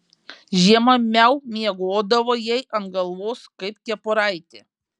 žiemą miau miegodavo jai ant galvos kaip kepuraitė